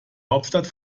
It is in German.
hauptstadt